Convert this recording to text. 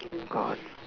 God